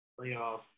playoff